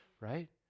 right